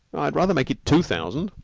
i'd rather make it two thousand,